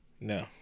No